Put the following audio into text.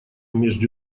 между